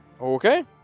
Okay